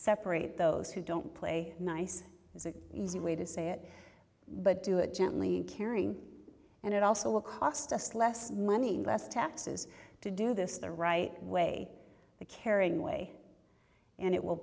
separate those who don't play nice is an easy way to say it but do it gently caring and it also will cost us less money and less taxes to do this the right way the caring way and it will